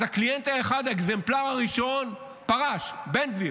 אז הקליינט האחד, האקזמפלר הראשון, פרש, בן גביר,